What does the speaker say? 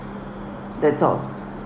that's all